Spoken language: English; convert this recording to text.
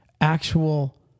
actual